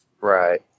right